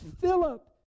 Philip